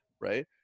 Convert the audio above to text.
right